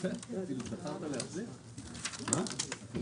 הישיבה ננעלה בשעה 13:10.